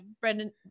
Brendan